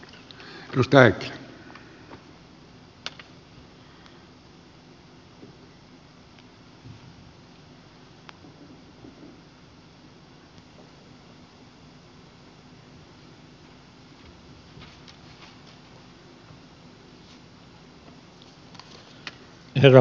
herra puhemies